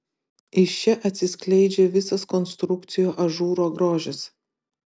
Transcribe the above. iš čia atsiskleidžia visas konstrukcijų ažūro grožis